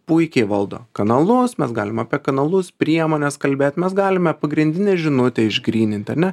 puikiai valdo kanalus mes galim apie kanalus priemones kalbėt mes galime pagrindinę žinutę išgrynint ar ne